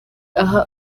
aha